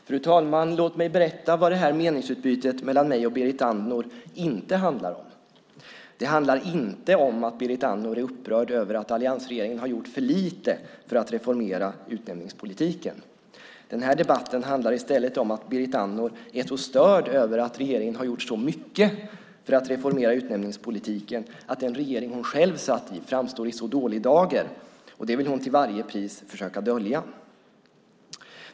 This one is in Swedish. Fru talman! Låt mig berätta vad det här meningsutbytet mellan mig och Berit Andnor inte handlar om. Det handlar inte om att Berit Andnor är upprörd över att alliansregeringen har gjort för lite för att reformera utnämningspolitiken. Den här debatten handlar i stället om att Berit Andnor är störd över att regeringen har gjort så mycket för att reformera utnämningspolitiken att den regering hon själv satt i framstår i dålig dager, och det vill hon till varje pris försöka dölja.